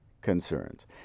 concerns